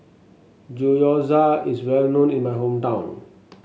gyoza is well known in my hometown